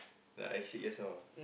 like I said just now